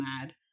mad